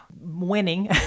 winning